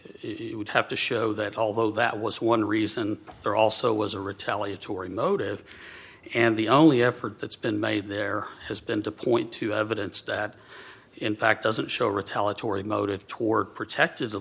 it would have to show that although that was one reason there also was a retaliatory motive and the only effort that's been made there has been to point to evidence that in fact doesn't show retaliatory motive toward protect